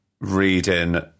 reading